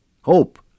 Hope